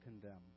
condemn